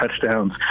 touchdowns